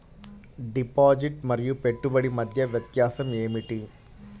Deposit మరియు పెట్టుబడి మధ్య వ్యత్యాసం ఏమిటీ?